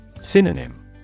Synonym